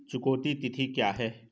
चुकौती तिथि क्या है?